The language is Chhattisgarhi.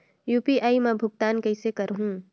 यू.पी.आई मा भुगतान कइसे करहूं?